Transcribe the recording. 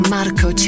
Marco